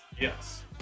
Yes